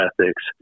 ethics